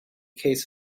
case